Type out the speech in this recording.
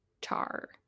Tar